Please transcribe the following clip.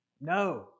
No